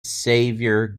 savior